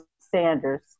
Sanders